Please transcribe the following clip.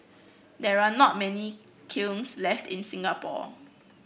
there are not many kilns left in Singapore